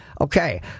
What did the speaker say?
Okay